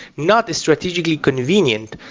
not as strategically convenient.